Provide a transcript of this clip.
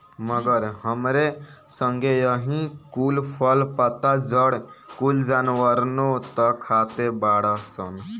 मगर हमरे संगे एही कुल फल, पत्ता, जड़ कुल जानवरनो त खाते बाड़ सन